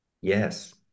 Yes